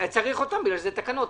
צריך אותם, בגלל זה יש תקנות.